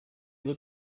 lit